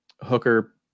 hooker